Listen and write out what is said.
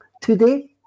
today